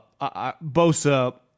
Bosa